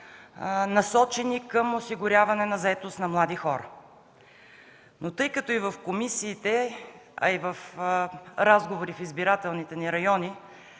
насочени към осигуряване на заетост за млади хора. Тъй като и в комисиите, а и в разговори в избирателните ни райони,